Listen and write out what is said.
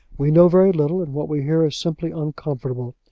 we know very little, and what we hear is simply uncomfortable.